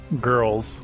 girls